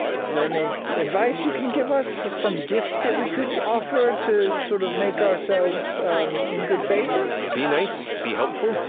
is there any advice you can give us, some gift that we could offer to sort of make ourselves in good favor? matt be nice, be helpful,